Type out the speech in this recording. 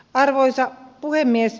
arvoisa puhemies